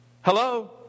Hello